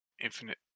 Infinite